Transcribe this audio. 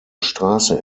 straße